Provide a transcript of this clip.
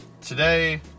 Today